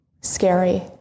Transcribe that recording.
scary